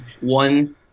one